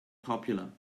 popular